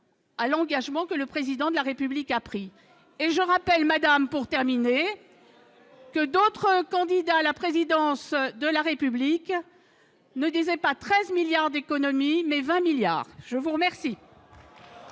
à l'engagement que le président de la République a pris et je rappelle Madame pour terminer, que d'autres candidats à la présidence de la République ne disait pas 13 milliards d'économie, mais 20 milliards je vous remercie.